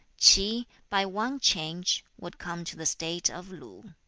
ch'i, by one change, would come to the state of lu.